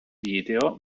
video